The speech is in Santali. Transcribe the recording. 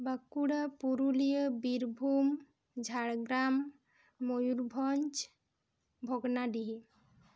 ᱵᱟᱸᱠᱩᱲᱟ ᱯᱩᱨᱩᱞᱤᱭᱟᱹ ᱵᱤᱨᱵᱷᱩᱢ ᱡᱷᱟᱲᱜᱨᱟᱢ ᱢᱚᱭᱩᱨᱵᱷᱚᱸᱡᱽ ᱵᱷᱚᱜᱽᱱᱟᱰᱤᱦᱤ